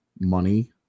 money